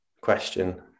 question